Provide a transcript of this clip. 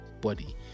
body